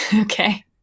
Okay